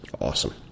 awesome